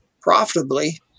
profitably